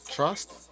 Trust